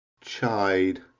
chide